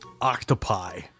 Octopi